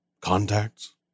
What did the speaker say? contacts